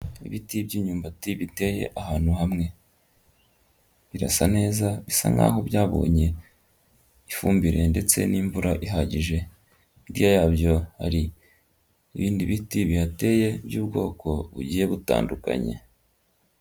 Ibiti by'imyumbati biteye ahantu, hamwe birasa neza bisa nkaho byabonye, ifumbire ndetse n'imvura ihagije, yabyo hari ibindi biti bihateye by'ubwoko bugiye butandukanye.